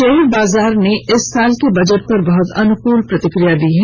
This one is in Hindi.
शेयर बाजार ने इस साल के बजट पर बहत अनुकूल प्रतिक्रिया दी है